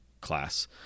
class